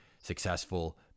successful